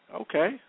Okay